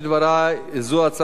אדוני היושב-ראש, והיסטורית,